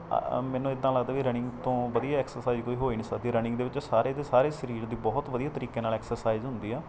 ਮੈਨੂੰ ਇੱਦਾਂ ਲੱਗਦਾ ਵੀ ਰਨਿੰਗ ਤੋਂ ਵਧੀਆ ਐਕਸਰਸਾਈਜ ਕੋਈ ਹੋ ਹੀ ਨਹੀਂ ਸਕਦੀ ਰਨਿੰਗ ਦੇ ਵਿੱਚ ਸਾਰੇ ਦੇ ਸਾਰੇ ਸਰੀਰ ਦੀ ਬਹੁਤ ਵਧੀਆ ਤਰੀਕੇ ਨਾਲ ਐਕਸਰਸਾਈਜ ਹੁੰਦੀ ਆ